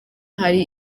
hari